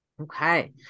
Okay